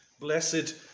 Blessed